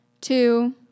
Two